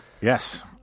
Yes